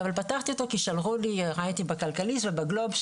אבל פתחתי כי שלחו לי כתבה בכלכליסט ובגלובס,